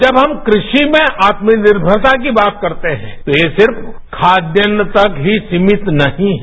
जब हम कूवि में आत्मनिर्मरता की बात करते हैं तो यह सिर्फ खाद्यान तक ही सीमित नहीं है